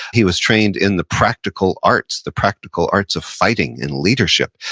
he was trained in the practical arts, the practical arts of fighting in leadership.